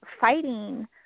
fighting